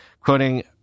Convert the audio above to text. Quoting